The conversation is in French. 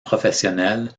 professionnels